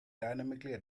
dynamically